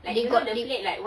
you got link